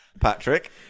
Patrick